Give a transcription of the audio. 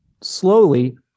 slowly